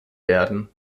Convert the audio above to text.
werden